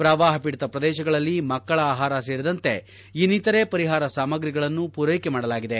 ಪ್ರವಾಹ ಪೀಡಿತ ಪ್ರದೇಶಗಳಲ್ಲಿ ಮಕ್ಕಳ ಆಹಾರ ಸೇರಿದಂತೆ ಇನ್ನಿತರೆ ಪರಿಹಾರ ಸಾಮಗ್ರಿಗಳನ್ನು ಪೂರೈಕೆ ಮಾಡಲಾಗಿದೆ